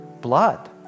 blood